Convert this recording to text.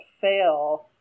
fail